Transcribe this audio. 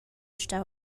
stau